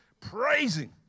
Praising